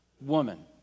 woman